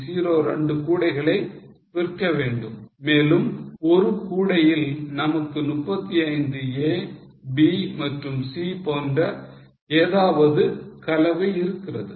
02 கூடைகளை விற்க வேண்டும் மேலும் ஒரு கூடையில் நமக்கு 35 a b மற்றும் c போன்ற ஏதாவது கலவை இருக்கிறது